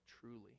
truly